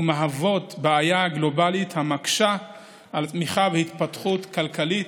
ומהוות בעיה גלובלית המקשה על צמיחה והתפתחות כלכלית.